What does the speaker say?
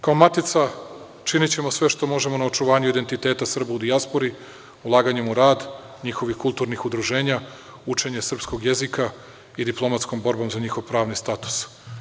Kao matica činićemo sve što možemo na očuvanju identiteta Srba u dijaspori ulaganjem u rad njihovih kulturnih udruženja, učenje srpskog jezika i diplomatskom borbom za njihov pravni status.